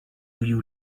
you